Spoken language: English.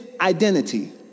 identity